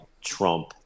trump